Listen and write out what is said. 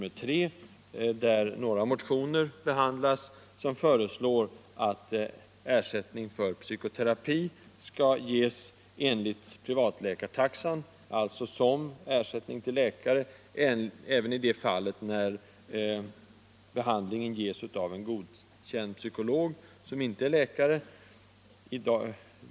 Där behandlas några motioner, som föreslår att ersättning för psykoterapi skall lämnas enligt privatläkartaxan — alltså som ersättning till läkare — även i de fall när behandlingen ges av en godkänd psykolog som inte är läkare.